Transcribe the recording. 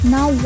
Now